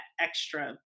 extra